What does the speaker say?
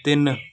ਤਿੰਨ